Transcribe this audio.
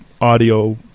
audio